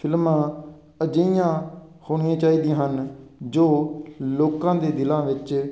ਫਿਲਮਾਂ ਅਜਿਹੀਆਂ ਹੋਣੀਆਂ ਚਾਹੀਦੀਆਂ ਹਨ ਜੋ ਲੋਕਾਂ ਦੇ ਦਿਲਾਂ ਵਿੱਚ